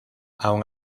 aun